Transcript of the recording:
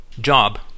Job